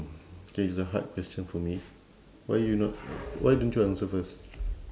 K it's a hard question for me why you not why don't you answer first